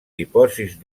dipòsits